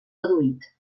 reduït